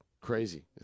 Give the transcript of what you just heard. crazy